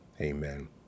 Amen